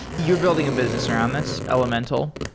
you're building a business around this, elementl.